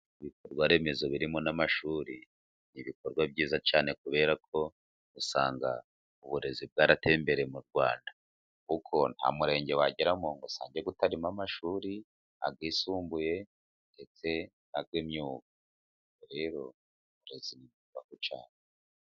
Ibikorwa remezo birimo n'amashuri, ni ibikorwa byiza cyane kubera ko usanga uburezi bwarateye imbere mu Rwanda, kuko nta murenge wageramo ngo usange utarimo amashuri, ayisumbuye ndetse n'ay'imyuga. Rero, uburezi........cane.